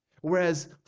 Whereas